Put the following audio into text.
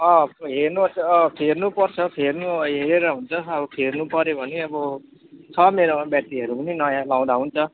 अँ हेर्नु पर्छ अँ फेर्नु पर्छ फेर्नु हेरेर हुन्छ अब फेर्नु पऱ्यो भने अब छ मेरोमा ब्याट्रीहरू पनि नयाँ लाउँदा हुन्छ